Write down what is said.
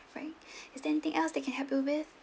right is there anything else that I can help you with